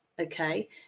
Okay